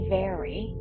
vary